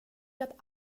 att